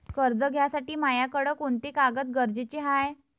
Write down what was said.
कर्ज घ्यासाठी मायाकडं कोंते कागद गरजेचे हाय?